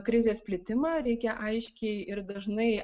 krizės plitimą reikia aiškiai ir dažnai